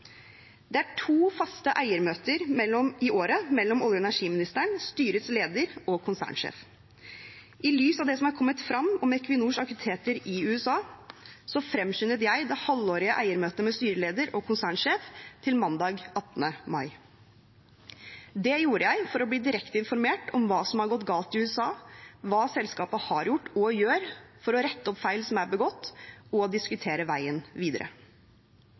Det er to faste eiermøter i året mellom olje- og energiministeren, styrets leder og konsernsjefen. I lys av det som er kommet frem om Equinors aktiviteter i USA, fremskyndet jeg det halvårlige eiermøtet med styreleder og konsernsjef til mandag 18. mai. Det gjorde jeg for å bli direkte informert om hva som har gått galt i USA, hva selskapet har gjort – og gjør – for å rette opp feil som er begått, og for å diskutere veien videre.